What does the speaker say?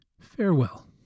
Farewell